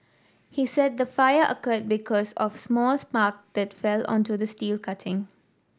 he said the fire occurred because of small spark that fell onto the steel cutting